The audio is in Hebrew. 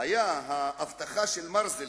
היתה האבטחה של מרזל,